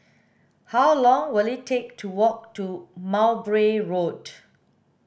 how long will it take to walk to Mowbray Road